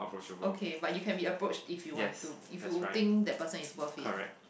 okay but you can be approached if you want to if you think that person is worth it